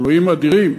אלוהים אדירים.